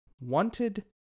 wanted